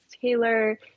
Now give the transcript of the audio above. Taylor